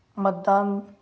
मतदान